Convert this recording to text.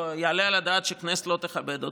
האם יעלה על הדעת שהכנסת לא תכבד אותו?